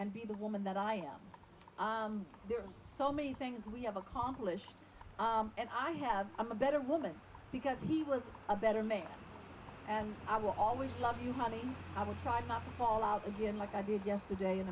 and be the woman that i am there are so many things we have accomplished and i have a better woman because he was a better make and i will always love you honey i will try not to fall out again like i did yesterday and